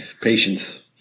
Patience